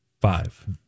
Five